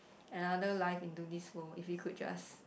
another life into this world if you could just